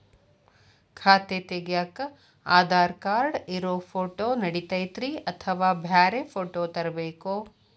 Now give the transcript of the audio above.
ಖಾತೆ ತಗ್ಯಾಕ್ ಆಧಾರ್ ಕಾರ್ಡ್ ಇರೋ ಫೋಟೋ ನಡಿತೈತ್ರಿ ಅಥವಾ ಬ್ಯಾರೆ ಫೋಟೋ ತರಬೇಕೋ?